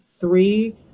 three